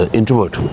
introvert